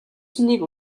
цэнийг